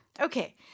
okay